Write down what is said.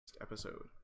episode